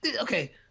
okay